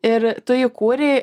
ir tu jį kūrei